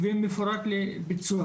מצביעים במפורט לביצוע,